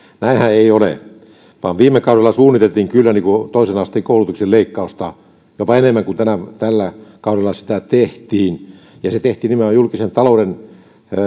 näinhän ei ole vaan viime kaudella suunniteltiin kyllä toisen asteen koulutuksen leikkausta jopa enemmän kuin tällä kaudella sitä tehtiin ja se tehtiin nimenomaan julkisen talouden